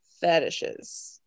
fetishes